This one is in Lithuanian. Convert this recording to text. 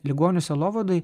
ligonių sielovadoj